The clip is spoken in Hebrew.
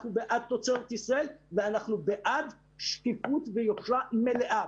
אנחנו בעד תוצרת ישראל ואנחנו בעד שקיפות ויושרה מלאה,